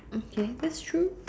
okay that's true